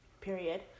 period